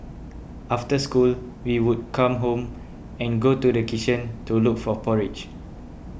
after school we would come home and go to kitchen to look for porridge